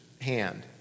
hand